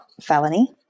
felony